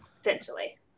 essentially